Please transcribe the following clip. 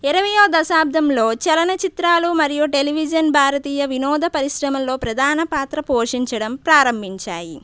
ఇరవైయో దశాబ్దంలో చలనచిత్రాలు మరియు టెలివిజన్ భారతీయ వినోద పరిశ్రమల్లో ప్రధాన పాత్ర పోషించడం ప్రారంభించాయి